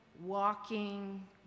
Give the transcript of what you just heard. walking